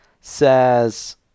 says